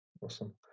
awesome